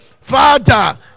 Father